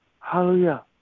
hallelujah